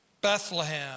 Bethlehem